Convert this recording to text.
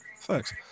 Thanks